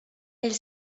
elle